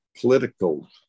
political